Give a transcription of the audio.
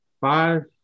Five